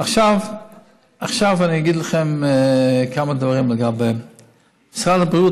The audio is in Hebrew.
עכשיו אני אגיד לכם כמה דברים: סל בריאות